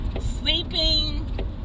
sleeping